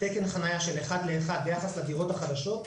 תקן חניה של אחד לאחד ביחס לדירות החדשות,